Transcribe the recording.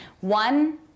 One